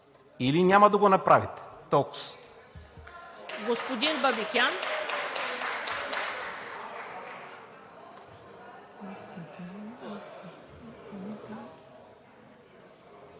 или няма да го направите. Толкоз.